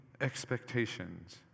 expectations